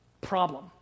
problem